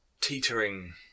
teetering